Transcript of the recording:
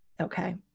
okay